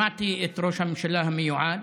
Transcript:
שמעתי את ראש הממשלה המיועד,